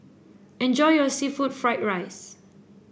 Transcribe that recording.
enjoy your seafood Fried Rice